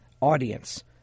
audience